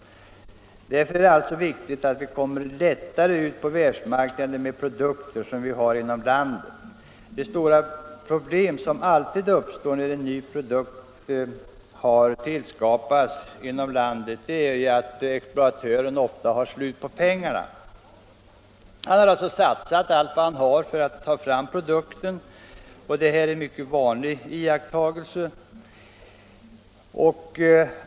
Därför är det viktigt att vi kommer lättare ut på världsmarknaden med produkter som vi har inom landet. Det stora problem som alltid uppstår när en ny produkt har tillskapats inom landet är att exploatören oftast har gjort slut på pengarna. Han har satsat allt han har för att ta fram produkten. Detta är en mycket vanlig iakttagelse.